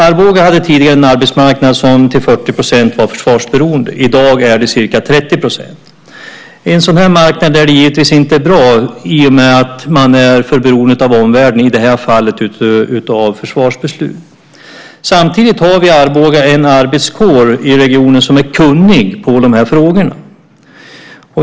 Arboga hade tidigare en arbetsmarknad som till 40 % var försvarsberoende. I dag är det ca 30 %. På en sådan marknad är det givetvis inte bra i och med att man är för beroende av omvärlden - i det här fallet försvarsbeslut. Samtidigt finns det i Arbogaregionen en arbetskår som är kunnig i de frågorna.